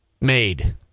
made